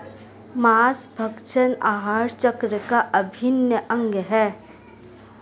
माँसभक्षण आहार चक्र का अभिन्न अंग है